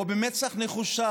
במצח נחושה.